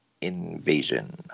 Invasion